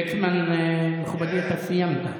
ליצמן, מכובדי, אתה סיימת.